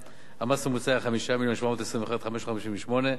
המס הממוצע היה 5 מיליון ו-721,558 שקלים.